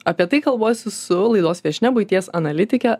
apie tai kalbuosi su laidos viešnia buities analitike